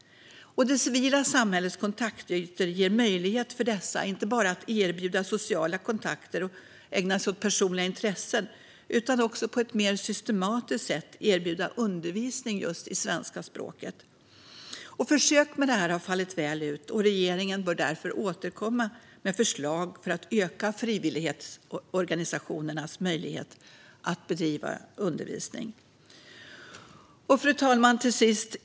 Det civila samhällets kontaktytor ger möjlighet inte bara till sociala kontakter och till att ägna sig åt personliga intressen utan också till att på ett mer systematiskt sätt få undervisning i svenska språket. Försök med detta har fallit väl ut, och regeringen bör återkomma med förslag för att öka frivilligorganisationernas möjlighet att bedriva undervisning i svenska. Fru talman!